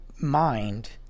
mind